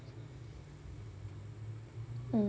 mm